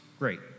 Great